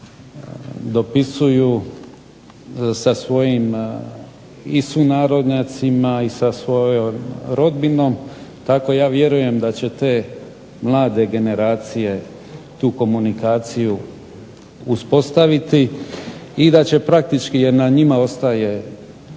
dopisuju, sa svojim i sunarodnjacima i sa svojom rodbinom, tako ja vjerujem da će te mlade generacije tu komunikaciju uspostaviti i da će praktički jer na njima ostaj